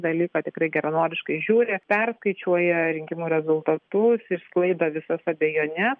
dalyką tikrai geranoriškai žiūri perskaičiuoja rinkimų rezultatus išsklaido visas abejones